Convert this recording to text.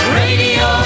radio